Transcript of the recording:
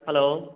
hello